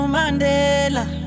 Mandela